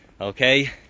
okay